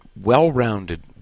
well-rounded